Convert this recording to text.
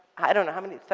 i don't know, how many?